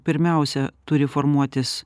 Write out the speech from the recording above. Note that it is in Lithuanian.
pirmiausia turi formuotis